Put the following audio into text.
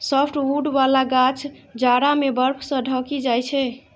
softwood बला गाछ जाड़ा मे बर्फ सं ढकि जाइ छै